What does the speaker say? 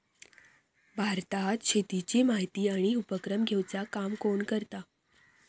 भारतात शेतीची माहिती आणि उपक्रम घेवचा काम कोण करता?